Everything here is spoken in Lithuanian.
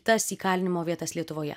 tas įkalinimo vietas lietuvoje